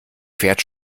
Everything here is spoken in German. fährt